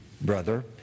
brother